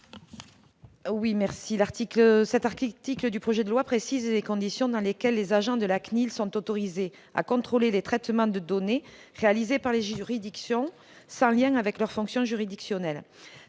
Carrère. L'article 4 du projet de loi précise les conditions dans lesquelles les agents de la CNIL sont autorisés à contrôler les traitements de données réalisés par les juridictions, sans lien avec leur fonction juridictionnelle.